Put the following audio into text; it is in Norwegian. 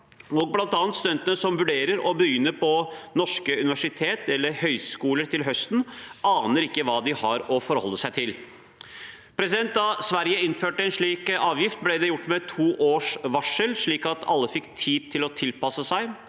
bl.a. studenter som vurderer å begynne på norsk universitet eller høyskole til høsten, aner ikke hva de har å forholde seg til. Da Sverige innførte en slik avgift, ble det gjort med to års varsel, slik at alle fikk tid til å tilpasse seg.